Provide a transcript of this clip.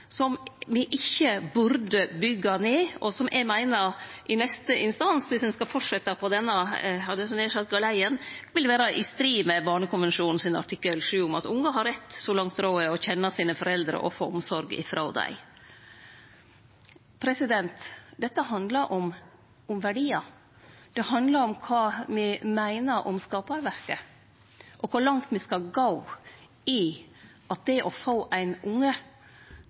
som me ikkje burde byggje ned, og eg meiner det i neste instans – dersom ein skal fortsetje på denne, eg hadde nær sagt, galeien – vil vere i strid med artikkel 7 i barnekonvensjonen, om at ungar, så langt råd er, har rett til å kjenne foreldra sine og få omsorg frå dei. Dette handlar om verdiar. Det handlar om kva me meiner om skaparverket, og kor langt ein skal gå i at ein unge skal vere fødd til deg, når det er